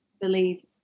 believe